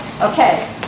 okay